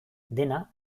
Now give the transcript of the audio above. dena